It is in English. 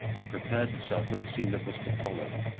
and prepared herself for the scene that was to follow,